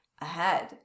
ahead